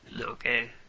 Okay